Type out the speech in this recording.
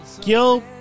Gil